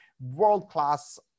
world-class